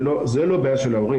זו לא בעיה של ההורים.